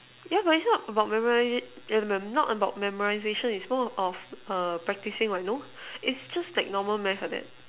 yeah but it's not about memorising not about memorisation it's more about practicing what no it's just like normal math like that